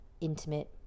intimate